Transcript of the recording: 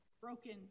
broken